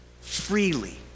freely